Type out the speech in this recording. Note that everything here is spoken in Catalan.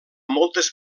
moltes